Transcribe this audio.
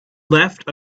left